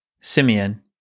Simeon